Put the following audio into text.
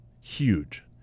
Huge